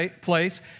place